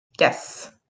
Yes